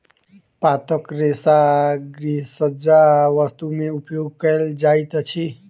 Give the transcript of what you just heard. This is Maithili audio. पातक रेशा गृहसज्जा वस्तु में उपयोग कयल जाइत अछि